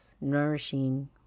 nourishing